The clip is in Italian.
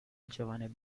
giovane